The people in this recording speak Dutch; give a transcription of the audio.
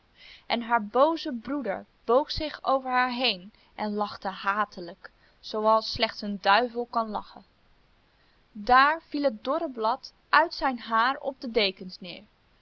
en haar booze broeder boog zich over haar heen en lachte hatelijk zooals slechts een duivel kan lachen daar viel het dorre blad uit zijn haar op de dekens neer